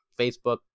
Facebook